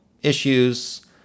issues